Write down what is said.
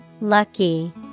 Lucky